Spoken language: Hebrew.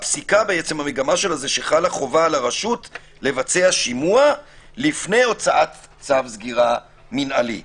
חלה חובה על הרשות לבצע שימוע לפני הוצאת צו סגירה מינהלי.